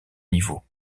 niveau